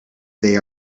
they